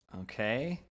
Okay